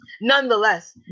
Nonetheless